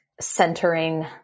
centering